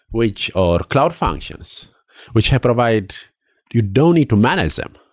which are cloud functions which provide you don't need to manage them,